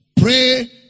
Pray